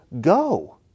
Go